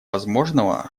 возможного